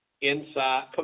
inside